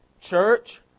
church